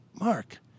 Mark